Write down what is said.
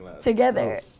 together